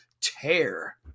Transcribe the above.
tear